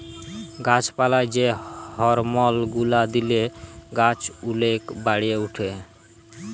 গাছ পালায় যে হরমল গুলা দিলে গাছ ওলেক বাড়ে উঠে